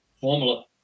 formula